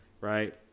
right